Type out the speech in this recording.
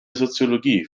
soziologie